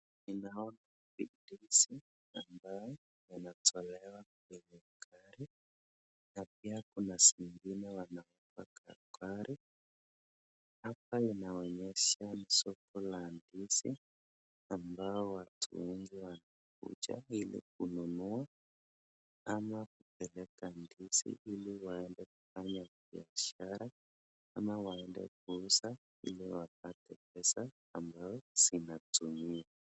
inaona ndizi ambayo inatolewa kwenye gari na pia kuna zingine wanaweka kwa gari. Hapa inaonyesha soko la ndizi ambao watu wengi wanakuja ili kununua ama kupeleka ndizi ili waende kufanya biashara ama waende kuuza ili wapate pesa ambao zinatumia.